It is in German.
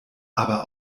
aber